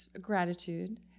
gratitude